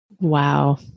Wow